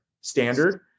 standard